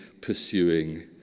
pursuing